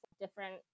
different